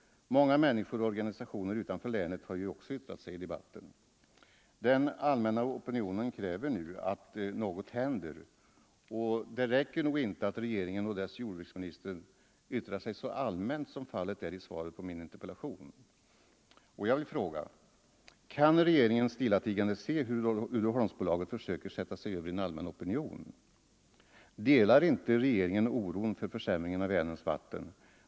Många människor och organisationer utanför länet har ju också yttrat sig i debatten. Den allmänna opinionen kräver nu att något händer, och det räcker nog inte med att regeringen och dess jordbruksminister yttrar sig så allmänt som fallet är i svaret på min interpellation. Jag vill fråga: Kan regeringen stillastigande se hur Uddeholmsbolaget försöker sätta sig över en allmän opinion? Delar inte regeringen oron för försämringen av Vänerns vatten?